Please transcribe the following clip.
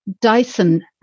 Dyson